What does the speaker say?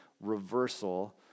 reversal